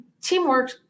teamwork